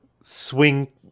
swing